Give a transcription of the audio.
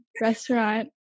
restaurant